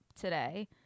today